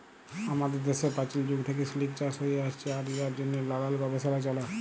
আমাদের দ্যাশে পাচীল যুগ থ্যাইকে সিলিক চাষ হ্যঁয়ে আইসছে আর ইয়ার জ্যনহে লালাল গবেষলা চ্যলে